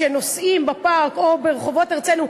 שנוסעים עליהם בפארק או ברחובות ארצנו,